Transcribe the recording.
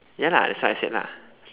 ya lah that's what I said lah